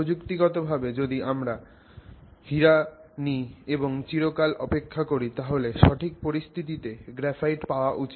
প্রযুক্তিগতভাবে যদি আমাদের কাছে হীরা থাকে এবং চিরকাল অপেক্ষা করি তাহলে সঠিক পরিস্থিতিতে গ্রাফাইট পাওয়া উচিত